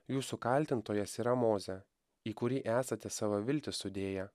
jūsų kaltintojas yra mozė į kurį esate savo viltį sudėję